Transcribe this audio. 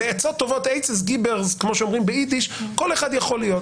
לעצות טובות כל אחד יכול להיות.